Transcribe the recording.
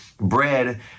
bread